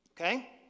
Okay